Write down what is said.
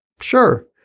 sure